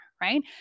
right